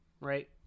Right